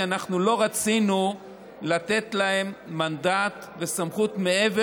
כי אנחנו לא רצינו לתת להם מנדט מעבר